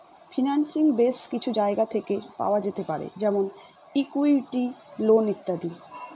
financing base কিছু জায়গা থেকে পাওয়া যেতে পারে যেমন ইকুইটি, লোন ইত্যাদি